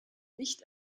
licht